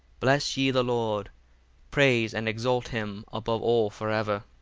bless ye the lord praise and exalt him above all for ever.